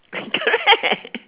correct